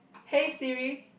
hey Siri